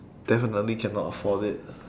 definitely cannot afford it